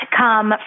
come